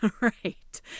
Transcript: right